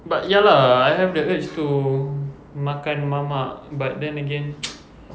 but ya lah I have that urge to makan mamak but then again